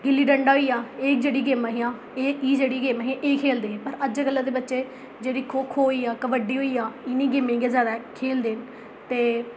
गुल्ली डंडा होई गेआ एह् जेह्ड़ियां गेमां हियां एह् खेढदे हे पर अजकल दे बच्चे जेह्ड़ी खो खो होई आ कबड़्डी होई आ इ'नें गेमें गी जैदा खेढदे न ते